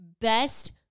best